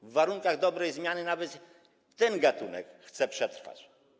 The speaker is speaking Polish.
W warunkach dobrej zmiany nawet ten gatunek chce przetrwać.